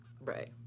Right